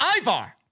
Ivar